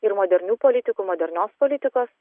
ir modernių politikų modernios politikos